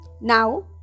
Now